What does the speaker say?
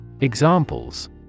Examples